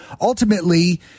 ultimately